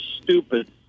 stupid